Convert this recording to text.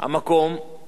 מדינה מתפתחת,